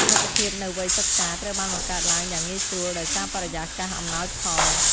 មិត្តភាពនៅវ័យសិក្សា ត្រូវបានបង្កើតឡើងយ៉ាងងាយស្រួលដោយសារបរិយាកាសអំណោយផល។